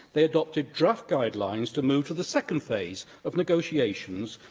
they adopted draft guidelines to move to the second phase of negotiations,